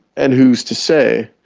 and who's to say,